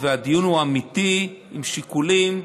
והדיון הוא אמיתי, עם שיקולים,